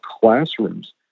classrooms